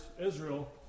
Israel